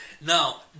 Now